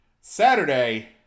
Saturday